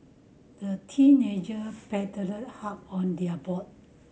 the teenager paddled hard on their boat